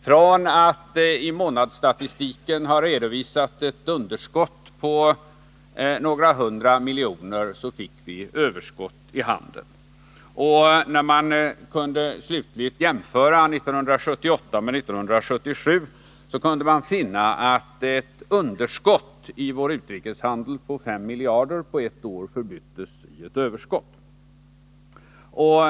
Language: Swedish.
Från att i månadsstatistiken ha redovisat ett underskott på några hundra miljoner fick vi ett överskott i handeln. När man kunde slutligt jämföra 1978 med 1977 fann man att ett underskott på fem miljarder i vår utrikeshandel på ett år förbyttes i ett överskott.